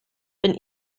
wenn